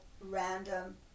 random